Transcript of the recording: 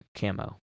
camo